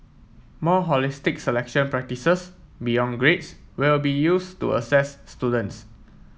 more holistic selection practices beyond grades will be used to assess students